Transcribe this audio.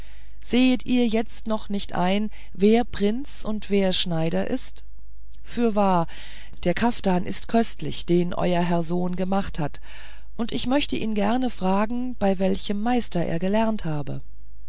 sehet ihr jetzt noch nicht ein wer prinz und wer schneider ist fürwahr der kaftan ist köstlich den euer herr sohn gemacht hat und ich möchte ihn gerne fragen bei welchem meister er gelernt habe